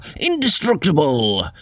indestructible